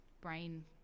brain